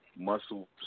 muscle